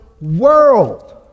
world